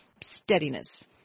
steadiness